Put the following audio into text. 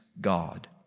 God